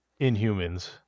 Inhumans